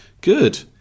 Good